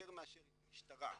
יותר מאשר עם המשטרה.